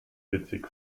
witzig